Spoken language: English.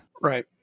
Right